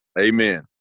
Amen